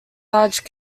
large